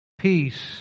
Peace